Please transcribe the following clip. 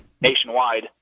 nationwide